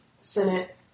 Senate